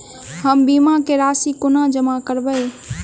हम बीमा केँ राशि कोना जमा करबै?